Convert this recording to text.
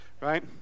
right